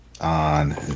on